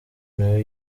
nawe